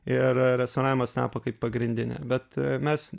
ir restauravimas tapo kaip pagrindinė bet mes